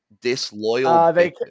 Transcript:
Disloyal